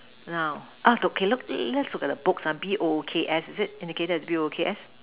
now ah do can look let's look at the books ah B O O K S is it indicated as B O O K S